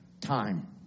time